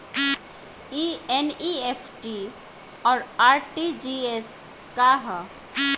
ई एन.ई.एफ.टी और आर.टी.जी.एस का ह?